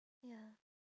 ya